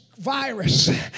virus